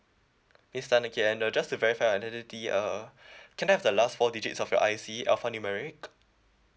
miss tan okay and just to verify your identity uh can I have the last four digits of your I_C alphanumeric